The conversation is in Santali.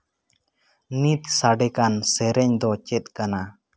ᱱᱤᱛ ᱥᱟᱰᱮ ᱠᱟᱱᱟ ᱥᱮᱨᱮᱧ ᱫᱚ ᱪᱮᱫ ᱠᱟᱱᱟ